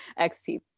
XP